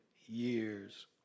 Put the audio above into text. years